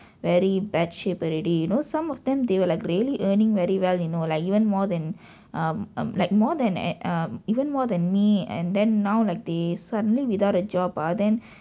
very bad shape already you know some of them they will like really earning very well you know like even more than a a like more than at um even more than me and then now like they suddenly without a job ah then